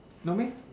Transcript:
not meh